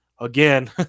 Again